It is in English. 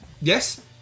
Yes